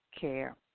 care